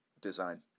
design